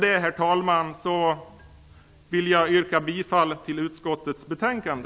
Herr talman! Med det vill jag yrka bifall till hemställan i utskottets betänkande.